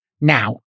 now